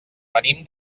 venim